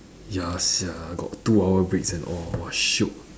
ya sia got two hour breaks and all !wah! shiok